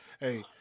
Hey